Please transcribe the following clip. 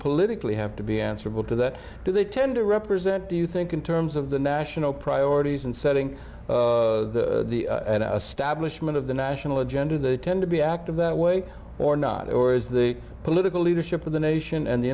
politically have to be answerable to that do they tend to represent do you think in terms of the national priorities and setting stablish many of the national agenda they tend to be active that way or not or is the political leadership of the nation and the